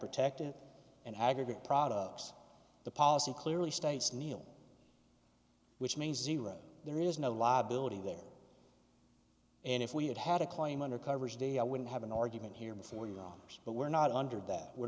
protective and aggregate products the policy clearly states neal which means zero there is no liability there and if we had had a claim under coverage day i wouldn't have an argument here before you know it but we're not under that we're